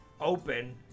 open